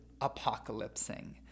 apocalypsing